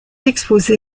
exposé